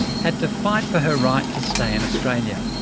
had to fight for her right to stay in australia.